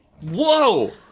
Whoa